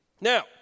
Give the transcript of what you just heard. Now